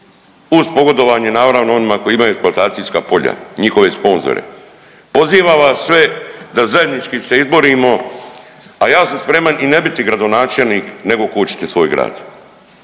uz pogodovanje naravno onima koji imaju eksploatacijska polja, njihove sponzore. Pozivam vas sve da zajednički se izborimo, a ja sam spreman i ne biti gradonačelnik nego kočiti svoj grad,